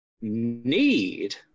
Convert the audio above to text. need